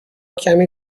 کمی